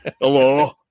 Hello